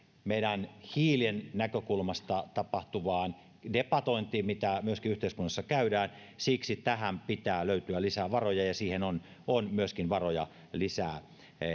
sille hiilen näkökulmasta tapahtuvalle debatoinnille mitä myöskin meidän yhteiskunnassa käydään siksi tähän pitää löytyä lisää varoja ja siihen on varoja lisää